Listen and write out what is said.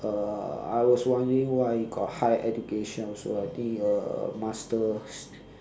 uh I was wondering why he got higher education also I think uh masters